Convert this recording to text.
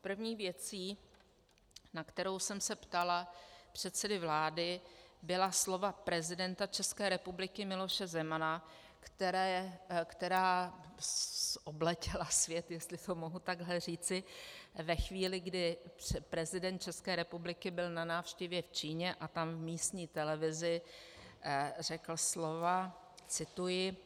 První věcí, na kterou jsem se ptala předsedy vlády, byla slova prezidenta České republiky Miloše Zemana, která obletěla svět, jestli to mohu takhle říci, ve chvíli, kdy prezident České republiky byl na návštěvě v Číně a tam místní televizi řekl slova cituji: